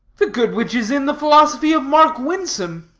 the good which is in the philosophy of mark winsome,